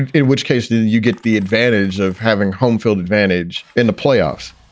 and in which case do you get the advantage of having home-field advantage in the playoffs?